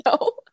No